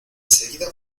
seguida